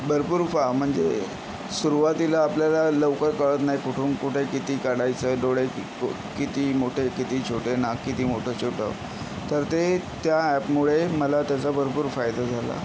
भरपूर फा म्हणजे सुरवातीला आपल्याला लवकर कळत नाही कुठून कुठे किती काढायचंय डोळे क किती मोठे किती छोटे नाक किती मोठं छोटं तर ते त्या ॲपमुळे मला त्याचा भरपूर फायदा झाला